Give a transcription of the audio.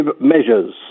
measures